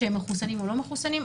מחוסנים ולא מחוסנים,